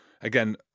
again